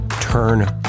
turn